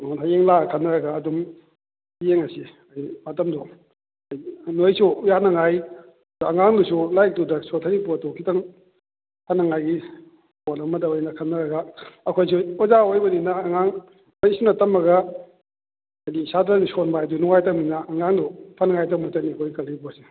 ꯍꯌꯦꯡ ꯂꯥꯛꯑ ꯈꯟꯅꯔꯒ ꯑꯗꯨꯝ ꯌꯦꯡꯉꯁꯤ ꯍꯥꯏꯗꯤ ꯃꯇꯝꯗꯣ ꯎꯝ ꯑꯗꯣ ꯑꯩꯁꯨ ꯌꯥꯅꯤꯡꯉꯥꯏ ꯑꯉꯥꯡꯗꯨꯁꯨ ꯂꯥꯏꯔꯤꯛꯇꯨꯗ ꯁꯣꯊꯔꯤ ꯄꯣꯠꯇꯨ ꯈꯤꯇꯪ ꯐꯅꯤꯡꯉꯥꯏꯒꯤ ꯄꯣꯠ ꯑꯃꯗ ꯑꯣꯏꯅ ꯈꯟꯅꯔꯒ ꯑꯩꯈꯣꯏꯁꯨ ꯑꯣꯖꯥ ꯑꯣꯏꯕꯅꯤꯅ ꯑꯉꯥꯡ ꯂꯥꯏꯔꯤꯛꯁꯤꯃ ꯇꯝꯃꯒ ꯍꯥꯏꯗꯤ ꯁꯥꯠꯇ꯭ꯔꯁꯤ ꯁꯣꯟꯕ ꯍꯥꯏꯗꯣ ꯅꯨꯡꯉꯥꯏꯇꯃꯤꯅ ꯑꯉꯥꯡꯗꯣ ꯐꯥꯅꯤꯡꯉꯥꯏꯗꯃꯛꯇꯅꯤ ꯑꯩꯈꯣꯏ ꯈꯜꯂꯤ ꯄꯣꯠꯁꯦ